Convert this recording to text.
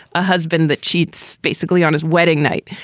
a husband that cheats basically on his wedding night.